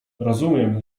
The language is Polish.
rozumiem